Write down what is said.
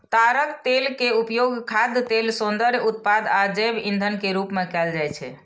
ताड़क तेल के उपयोग खाद्य तेल, सौंदर्य उत्पाद आ जैव ईंधन के रूप मे कैल जाइ छै